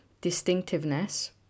distinctiveness